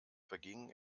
vergingen